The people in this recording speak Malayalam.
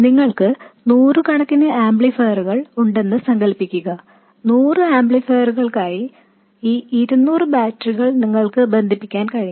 നിങ്ങൾക്ക് നൂറുകണക്കിന് ആംപ്ലിഫയറുകൾ ഉണ്ടെന്ന് സങ്കൽപ്പിക്കുക നൂറ് ആംപ്ലിഫയറുകൾക്കായി ഈ ഇരുനൂറ് ബാറ്ററികൾ നിങ്ങൾക്ക് ബന്ധിപ്പിക്കാൻ കഴിയില്ല